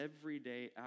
everyday